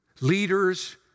Leaders